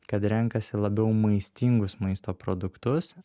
kad renkasi labiau maistingus maisto produktus